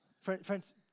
Friends